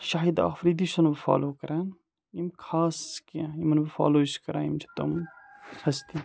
شاہد آفرِدی چھُسَن بہٕ فالو کَران یِم خاص کیٚنٛہہ یِمَن بہٕ فالو چھُس کَران یِم چھِ تِم ہستی